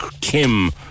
Kim